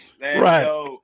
Right